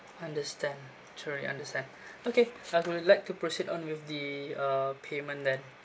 understand truly understand okay I would like to proceed on with the uh payment then